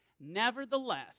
Nevertheless